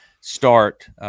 start –